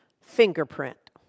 fingerprint